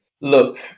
look